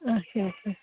اچھا اچھا